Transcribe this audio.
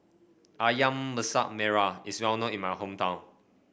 ayam Masak Merah is well known in my hometown